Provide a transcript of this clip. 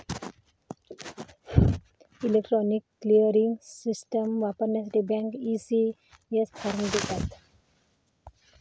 electronic clearing system वापरण्यासाठी bank, ECS form देतात